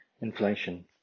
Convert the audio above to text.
inflation